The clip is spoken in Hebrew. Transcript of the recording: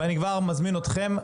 ואני כבר מזמין אתכם,